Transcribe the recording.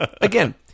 Again